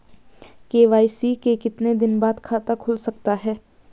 KYC के कितने दिन बाद खाता खुल सकता है?